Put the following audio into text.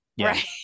Right